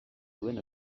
duen